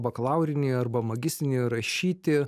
bakalaurinį arba magistrinį rašyti